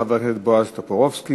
חבר הכנסת בועז טופורובסקי,